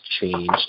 changed